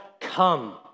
come